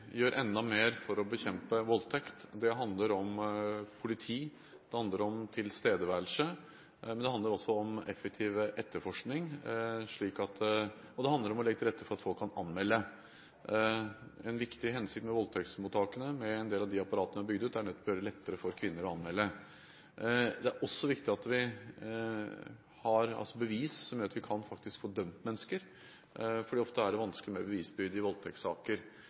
gjør enda mer for å bekjempe voldtekt. Det handler om politi, det handler om tilstedeværelse, det handler om effektiv etterforskning, og det handler også om å legge til rette for at folk kan anmelde. En viktig hensikt med voldtektsmottakene – med en del av de apparatene vi har bygd ut – er nettopp å gjøre det lettere for kvinner å anmelde. Det er også viktig at vi har bevis som gjør at vi faktisk kan få dømt mennesker. Ofte er det vanskelig med bevisbyrde i voldtektssaker.